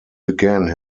began